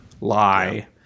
lie